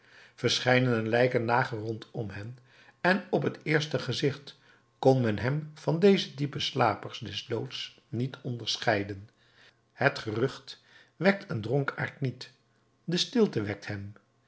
verscheidene lijken lagen rondom hem en op t eerste gezicht kon men hem van deze diepe slapers des doods niet onderscheiden het gerucht wekt een dronkaard niet de stilte wekt hem